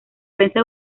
prensa